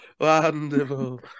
wonderful